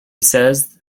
says